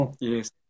Yes